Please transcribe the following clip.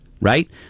right